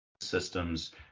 systems